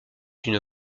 d’une